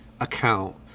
account